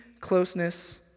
closeness